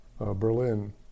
Berlin